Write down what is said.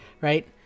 right